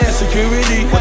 security